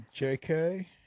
JK